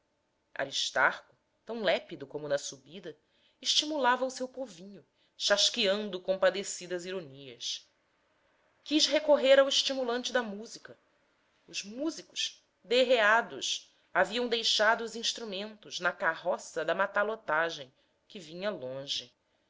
a matança aristarco tão lépido como na subida estimulava o seu povinho chasqueando compadecidas ironias quis recorrer ao estimulante da música os músicos derreados haviam deixado os instrumentos na carroça da matalotagem que vinha longe